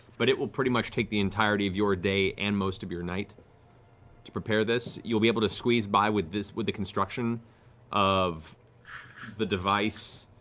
but it will pretty much take the entirety of your day and most of your night to prepare this. you'll be able to squeeze by with this, with the construction of the device,